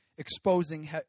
exposing